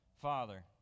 father